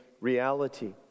reality